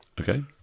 Okay